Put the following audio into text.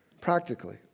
practically